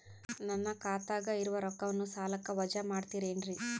ನನ್ನ ಖಾತಗ ಇರುವ ರೊಕ್ಕವನ್ನು ಸಾಲಕ್ಕ ವಜಾ ಮಾಡ್ತಿರೆನ್ರಿ?